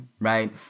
right